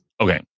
Okay